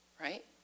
right